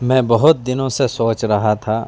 میں بہت دنوں سے سوچ رہا تھا